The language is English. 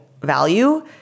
value